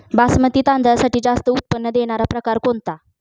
बासमती तांदळातील जास्त उत्पन्न देणारा प्रकार कोणता?